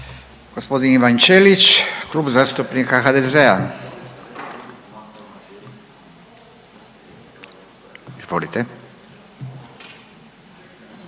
Gospodin Ivan Ćelić, Klub zastupnika HDZ-a. Izvolite.